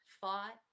fought